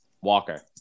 Walker